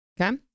Okay